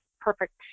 perfect